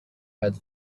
had